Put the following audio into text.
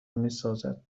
میسازد